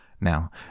Now